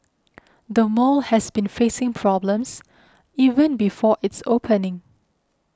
the mall has been facing problems even before its opening